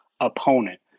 opponent